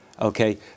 okay